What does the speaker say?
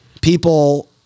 people